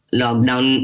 lockdown